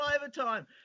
overtime